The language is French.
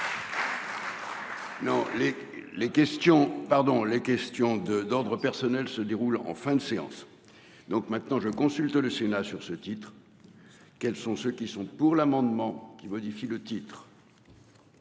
les questions de d'ordre personnel, se déroule en fin de séance. Donc maintenant je consulte le Sénat sur ce titre. Quels sont ceux qui sont pour l'amendement qui modifie le titre.